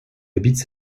habitent